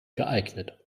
geeignet